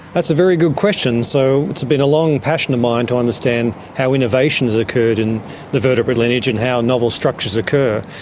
that's a very good question. so it's been a long passion of mine to understand how innovations occurred in the vertebrate lineage and how novel structures occur,